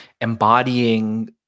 embodying